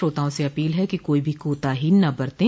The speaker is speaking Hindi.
श्रोताओं से अपील है कि कोई भी कोताही न बरतें